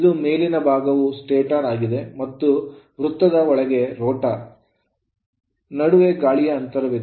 ಇದು ಮೇಲಿನ ಭಾಗವು stator ಸ್ಟಾಟರ್ ಆಗಿದೆ ಮತ್ತು ವೃತ್ತದ ಒಳಗೆ rotor ರೋಟರ್ ಇದೆ ನಡುವೆ ಗಾಳಿಯ ಅಂತರವಿದೆ